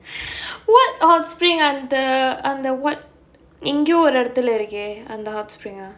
what hot spring அந்த அந்த:antha antha what எங்கேயோ ஒரு இடத்துலே இருக்கே அந்த:engaeyo oru idathullae irukkae antha hot spring ah